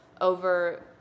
over